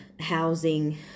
housing